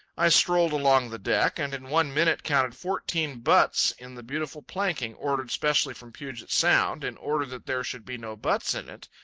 i strolled along the deck and in one minute counted fourteen butts in the beautiful planking ordered specially from puget sound in order that there should be no butts in it.